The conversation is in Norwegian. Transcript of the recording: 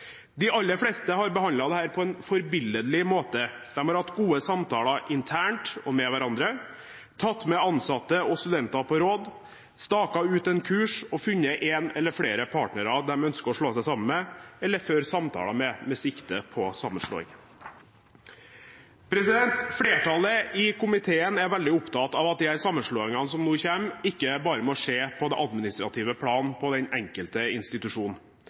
De aller fleste har behandlet dette på en forbilledlig måte – de har hatt gode samtaler internt og med hverandre, tatt med ansatte og studenter på råd, staket ut en kurs og funnet én eller flere partnere de ønsker å slå seg sammen med eller føre samtaler med, med sikte på sammenslåing. Flertallet i komiteen er veldig opptatt av at de sammenslåingene som nå kommer, ikke bare må skje på det administrative plan på den enkelte institusjon.